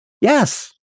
Yes